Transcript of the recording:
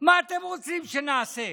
מה אתם רוצים שנעשה,